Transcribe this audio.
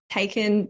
taken